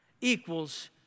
equals